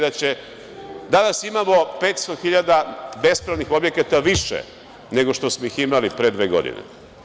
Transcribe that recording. Danas imamo 500 hiljada bespravnih objekata više, nego što smo ih imali pre dve godine.